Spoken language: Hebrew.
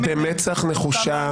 אתה משקר במצח נחושה.